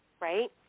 Right